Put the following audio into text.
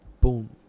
Boom